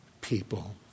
people